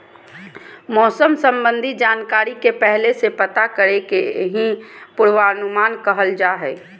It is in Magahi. मौसम संबंधी जानकारी के पहले से पता करे के ही पूर्वानुमान कहल जा हय